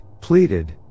pleaded